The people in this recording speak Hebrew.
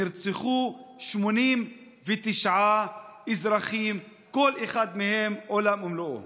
נרצחו 89 אזרחים, כל אחד מהם עולם ומלואו.